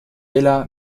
villa